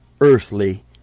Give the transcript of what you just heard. earthly